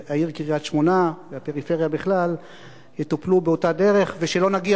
אחריו, חבר הכנסת